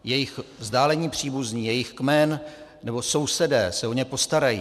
Jejich vzdálení příbuzní, jejich kmen nebo sousedé se o ně postarají.